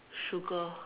sugar